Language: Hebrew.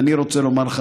אני רוצה לומר לך,